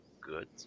good